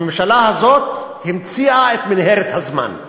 הממשלה הזאת המציאה את מנהרת הזמן,